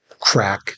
crack